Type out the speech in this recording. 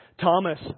Thomas